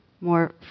more